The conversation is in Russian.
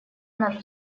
наш